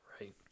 right